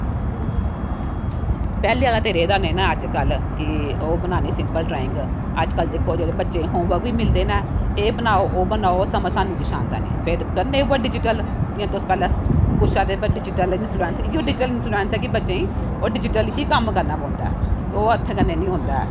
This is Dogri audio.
पैहलें आहला ते रेह् दा नेईं ना अजकल कि ओह् बनानी सिंपल ड्राइंग अजकल दिक्खो बच्चे होमबर्क बी मिलदे ना एह् बनाओ ओह् बनाओ इस थमां कुछ सानू आंदा नेईं फिर करन लगी पौंदे डिजीटल जियां तुस पैहलें पुच्छा दे डिजीटल इनॅफलुऐंस इयो डिजीटल इनॅफोलेंस है कि बच्चे गी ओह् डिजीटल ही कम्म करना पौंदा ओह् हत्थें कन्नै नेईं होंदा ऐ